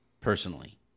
personally